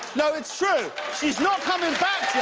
no, it is true. she's not coming back,